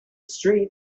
streets